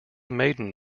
maiden